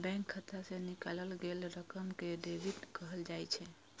bank खाता सं निकालल गेल रकम कें डेबिट कहल जाइ छै